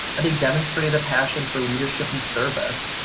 have they demonstrated a passion for leadership and service,